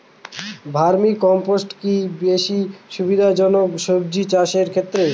Vermi compost কি বেশী সুবিধা জনক সবজি চাষের ক্ষেত্রে?